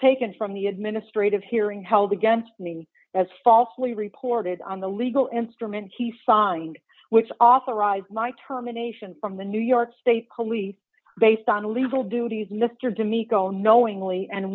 taken from the administrative hearing held against me as falsely reported on the legal instrument he signed which authorized my terminations from the new york state police based on the legal duties mr jimmy cole knowingly and